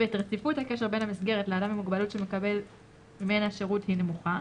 רציפות הקשר בין המסגרת לאדם עם מוגבלות שמקבל ממנה שירות היא נמוכה,